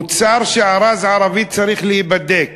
מוצר שארז ערבי צריך להיבדק,